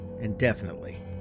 indefinitely